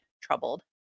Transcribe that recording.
troubled